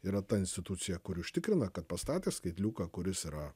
yra ta institucija kuri užtikrina kad pastatė skaitliuką kuris yra